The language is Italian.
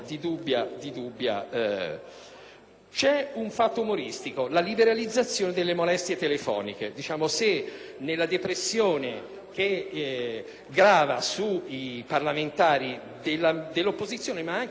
un fatto umoristico: la liberalizzazione delle molestie telefoniche;